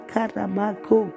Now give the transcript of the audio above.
Karamako